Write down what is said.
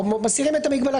מסירים את המגבלה.